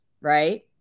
right